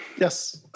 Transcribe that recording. Yes